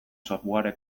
software